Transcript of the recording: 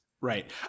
Right